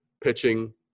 pitching